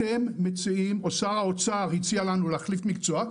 אתם מציעים או שר האוצר הציע לנו להחליף מקצוע,